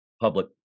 public